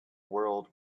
world